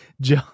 joe